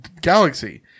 galaxy